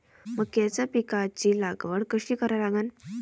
मक्याच्या पिकाची लागवड कशी करा लागन?